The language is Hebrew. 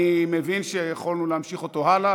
אני מבין שיכולנו להמשיך אותו הלאה,